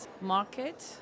market